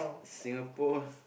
Singapore